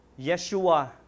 Yeshua